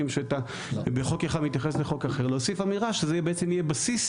כשאתה בחוק אחד מתייחס לחוק אחר להוסיף אמירה שזה בעצם יהיה בסיס